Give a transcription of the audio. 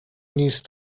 نیست